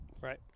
Right